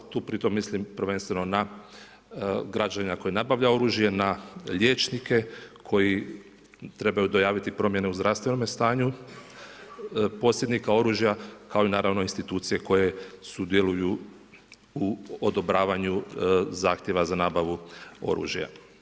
Tu pritom mislim prvenstveno na građanina koji nabavlja oružje, na liječnike koji trebaju dojaviti promjenu u zdravstvenome stanju posjednika oružja, kao i naravno institucije koje sudjeluju u odobravanju zahtjeva za nabavu oružja.